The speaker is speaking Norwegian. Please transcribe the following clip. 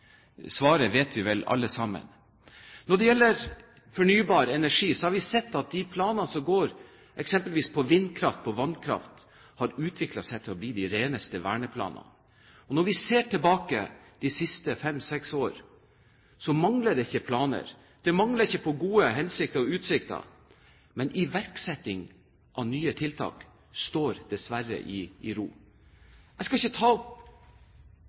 Svaret vet vi vel alle sammen. Når det gjelder fornybar energi, har vi sett at planene som går eksempelvis på vindkraft og vannkraft, har utviklet seg til å bli de reneste verneplaner. Når vi ser tilbake på de siste fem–seks år, mangler det ikke på planer. Det mangler ikke på gode hensikter og utsikter. Men iverksetting av nye tiltak står dessverre i ro. Jeg skal ikke ta opp